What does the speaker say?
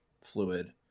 fluid